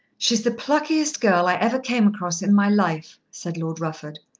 she is the pluckiest girl i ever came across in my life, said lord rufford.